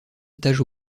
étages